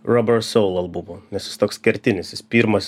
rubber soul albumo nes jis toks kertinis jis pirmas